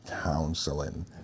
Counseling